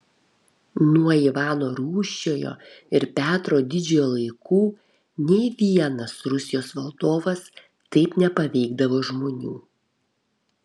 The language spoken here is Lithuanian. nuo ivano rūsčiojo ir petro didžiojo laikų nė vienas rusijos valdovas taip nepaveikdavo žmonių